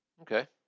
Okay